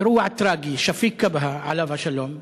אירוע טרגי, שפיק כבהא, עליו השלום.